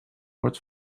wordt